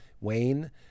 Wayne